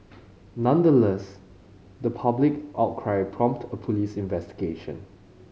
nonetheless the public outcry prompted a police investigation